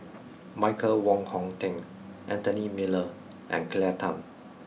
Michael Wong Hong Teng Anthony Miller and Claire Tham